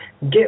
get